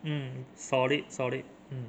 mm solid solid mm